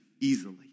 easily